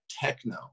techno